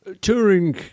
touring